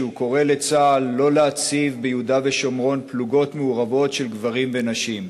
שקורא לצה"ל לא להציב ביהודה ושומרון פלוגות מעורבות של גברים ונשים.